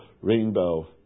rainbow